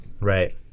Right